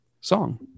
song